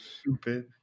Stupid